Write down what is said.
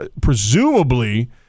presumably